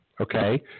okay